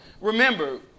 Remember